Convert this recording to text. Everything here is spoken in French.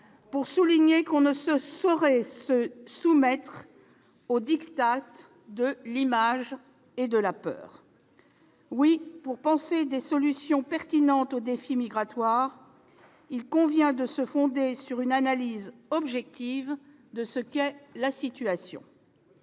pour souligner qu'on ne saurait se soumettre au diktat de l'image et de la peur. Oui, pour penser des solutions pertinentes au défi migratoire, il convient de se fonder sur une analyse objective de la situation.